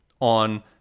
on